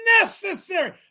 necessary